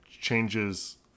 changes